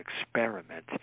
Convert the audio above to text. experiment